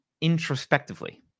introspectively